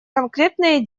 конкретные